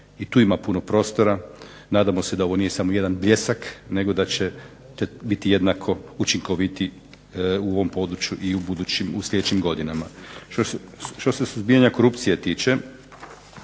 i tu ima puno prostora. Nadamo se da ovo nije samo jedan bljesak, nego da će biti jednako učinkoviti u ovom području i u sljedećim godinama. Što se suzbijanja korupcije tiče